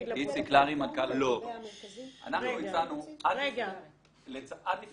בדיונים ברפורמה דובר על נתינת העדפה לקבוצות